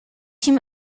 him